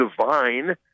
divine